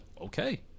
okay